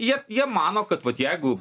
jie jie mano kad vat jeigu